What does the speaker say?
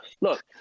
Look